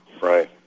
right